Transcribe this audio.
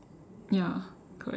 ya correct